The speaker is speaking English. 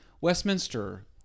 Westminster